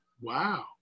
Wow